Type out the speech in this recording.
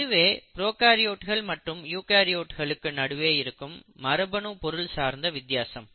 இதுவே ப்ரோகாரியோட்கள் மற்றும் யூகரியோட்கள் நடுவே இருக்கும் மரபணு பொருள் சார்ந்த வித்தியாசம்